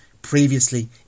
Previously